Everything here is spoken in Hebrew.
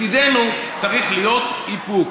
מצידנו צריך להיות איפוק.